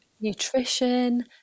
Nutrition